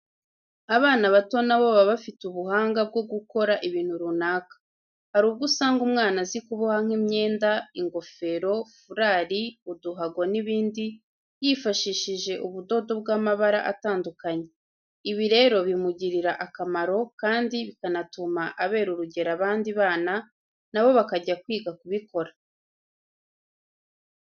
Abana bato na bo baba bafite ubuhanga bwo gukora ibintu runaka. Hari ubwo usanga umwana azi kuboha nk'imyenda, ingofero, furari, uduhago n'ibindi yifashishije ubudodo bw'amabara atandukanye. Ibi rero bimugirira akamaro, kandi bikanatuma abera urugero abandi bana na bo bakajya kwiga ku bikora.